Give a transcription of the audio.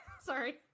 Sorry